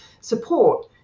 support